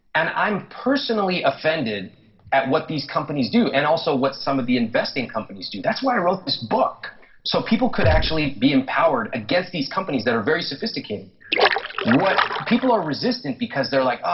and i'm personally offended at what these companies do. and also what some of the investing companies do. that's why i wrote this book so people could actually be empowered against these companies that are very sophisticated what people are resistant because they're like, oh,